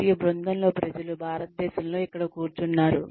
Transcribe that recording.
మరియు బృందంలో ప్రజలు భారతదేశంలో ఇక్కడ కూర్చున్నారు